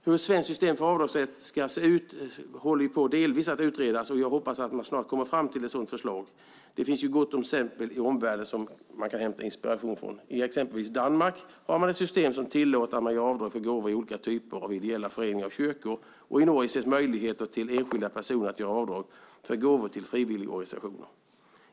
Hur ett svenskt system för avdragsrätt ska se ut håller delvis på att utredas, och jag hoppas att man snart kommer fram med ett förslag. Det finns ju gott om exempel i omvärlden som man kan hämta inspiration från. I exempelvis Danmark har man ett system som tillåter att man gör avdrag för gåvor till olika typer av ideella föreningar och kyrkor, och i Norge ges möjlighet för enskilda personer att göra avdrag för gåvor till frivilligorganisationer.